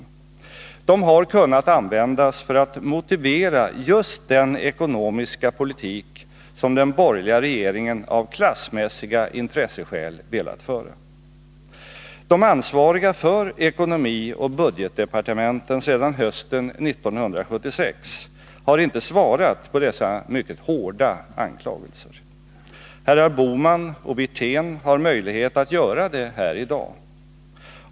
De har kunnat användas för att motivera just den ekonomiska politik som den borgerliga regeringen av klassmässiga intresseskäl velat föra. De sedan hösten 1976 ansvariga för ekonomioch budgetdepartementen har inte svarat på dessa mycket hårda anklagelser. Herrar Bohman och Wirtén har möjlighet att göra det här i dag.